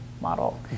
model